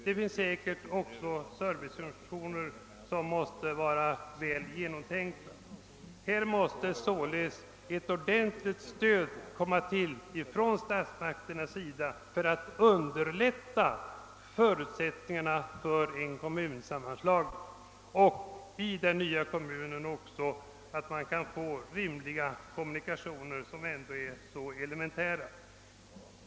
Det erfordras också att servicefunktionerna måste vara väl genomtänkta och utbyggda. Här behövs ett ordentligt stöd från statsmakterna för att underlätta förutsättningarna för kommunsammanslagningar och möjliggöra anordnande av rimliga kommunikationer, vilket är ett elementärt behov.